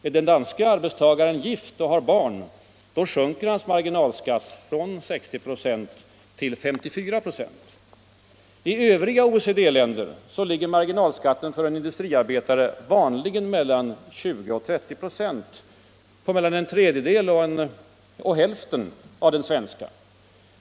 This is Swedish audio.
Är den danske arbetstagaren gift och har barn, sjunker hans marginalskatt från 60 96 till 54 96. I övriga OECD länder ligger marginalskatten för en industriarbetare vanligen mellan 20 och 30 96 — på mellan en tredjedel och hälften av den svenska.